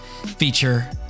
feature